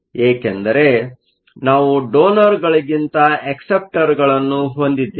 ಏಕೆಂದರೆ ನಾವು ಡೋನರ್ಗಳಿಗಿಂತ ಅಕ್ಸೆಪ್ಟರ್ಗಳನ್ನು ಹೊಂದಿದ್ದೇವೆ